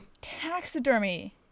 taxidermy